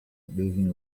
moving